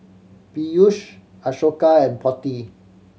Peyush Ashoka and Potti